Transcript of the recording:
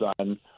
son